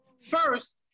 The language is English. First